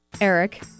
Eric